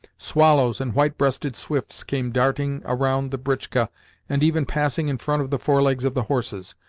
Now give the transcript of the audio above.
swallows and white-breasted swifts came darting around the britchka and even passing in front of the forelegs of the horses.